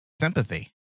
sympathy